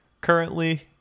currently